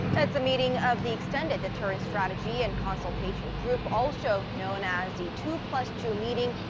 it's a meeting of the extended deterrence strategy and consultation group, also known as the two plus two meeting,